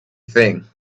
thing